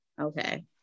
Okay